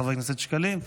חבר הכנסת שקלים,